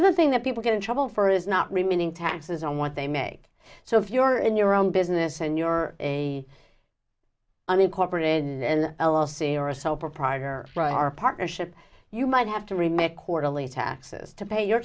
thing that people get in trouble for is not remaining taxes on what they make so if you're in your own business and you're a unincorporated and l l c are a sole proprietor or our partnership you might have to remit quarterly taxes to pay your